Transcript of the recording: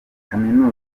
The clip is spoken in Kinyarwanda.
kaminuza